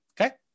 Okay